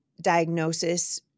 diagnosis